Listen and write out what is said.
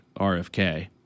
RFK